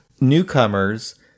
Newcomers